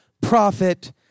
prophet